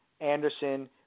Anderson